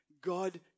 God